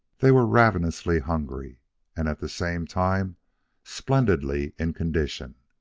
they were ravenously hungry and at the same time splendidly in condition.